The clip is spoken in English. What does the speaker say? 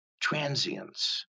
transience